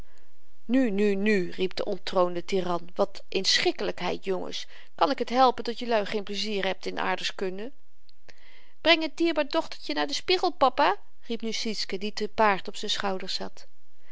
nu nu nu riep de onttroonde tiran wat inschikkelykheid jongens kan ik t helpen dat jelui geen pleizier hebt in aardrykskunde breng t dierbaar dochtertje naar den spiegel papa riep nu sietske die te paard op z'n schouders zat